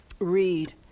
read